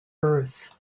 earth